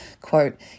quote